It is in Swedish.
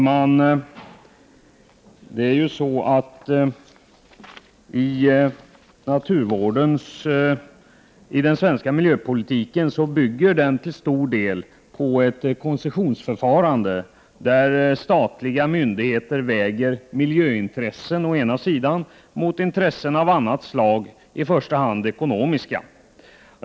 Herr talman! Den svenska miljöpolitiken bygger till stor del på ett koncessionsförfarande, där statliga myndigheter väger miljöintressen mot intressen av annat slag, i första hand ekonomiska.